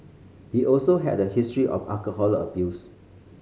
he also had a history of alcohol abuse